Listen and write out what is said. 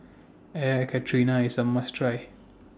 Air Karthira IS A must Try